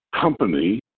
company